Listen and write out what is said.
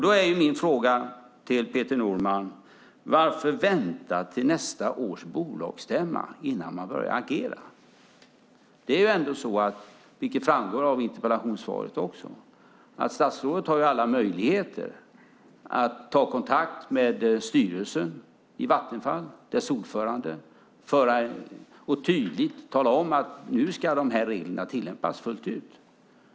Då är min fråga till Peter Norman: Varför vänta till nästa års bolagsstämma innan man börjar agera? Det är ändå så, vilket även framgår av interpellationssvaret, att statsrådet har alla möjligheter att ta kontakt med styrelsen i Vattenfall och dess ordförande och tydligt tala om att nu ska de här reglerna tillämpas fullt ut.